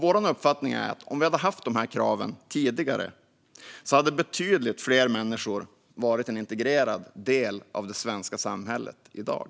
Vår uppfattning är att om vi hade haft dessa krav tidigare hade betydligt fler människor varit en integrerad del av det svenska samhället i dag.